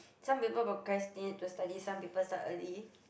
some people procrastinate to study some people start early